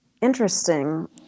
interesting